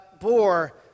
bore